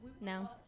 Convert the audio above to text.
No